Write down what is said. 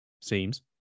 seems